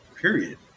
period